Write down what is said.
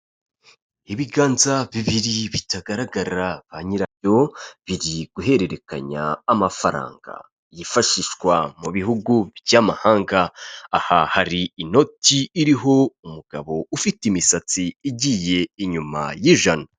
Ibiganza bibiri bitagaragara ba nyirabyo biri guhererekanya amafaranga yifashishwa mu bihugu by'amahanga, aha hari inoti iriho umugabo ufite imisatsi igiye inyuma y'ijana.